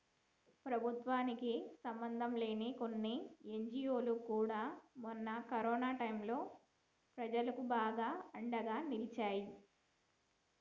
ప్రభుత్వానికి సంబంధంలేని కొన్ని ఎన్జీవోలు కూడా మొన్న కరోనా టైంలో ప్రజలకు బాగా అండగా నిలిచాయి